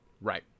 Right